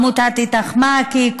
עמותת איתך-מעכי,